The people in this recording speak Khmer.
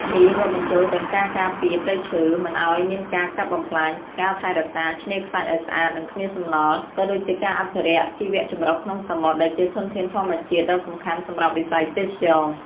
នេះរាប់បញ្ចូលទាំងការការពារ ព្រៃឈើ មិនឲ្យមានការកាប់បំផ្លាញ ការថែរក្សា ឆ្នេរខ្សាច់ឲ្យស្អាត និងគ្មានសំណល់ ក៏ដូចជាការអភិរក្ស ជីវចម្រុះក្នុងសមុទ្រ ដែលជាធនធានធម្មជាតិដ៏សំខាន់សម្រាប់វិស័យទេសចរណ៍។